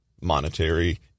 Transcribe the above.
monetary